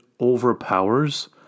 overpowers